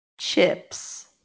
chips